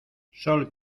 sol